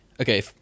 okay